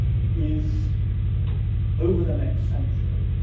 is over the next century,